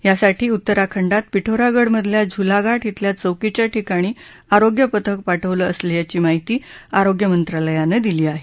यासाठी उत्तरखंडात पीठोरागढमधल्या झुलाघाट ब्रिल्या चौकीच्या ठिकाणी आरोग्य पथकं पाठवली असल्याचं आरोग्य मंत्रालयानं सांगितलं आहे